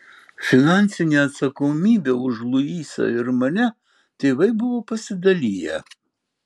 finansinę atsakomybę už luisą ir mane tėvai buvo pasidaliję